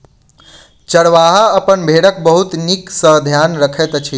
चरवाहा अपन भेड़क बहुत नीक सॅ ध्यान रखैत अछि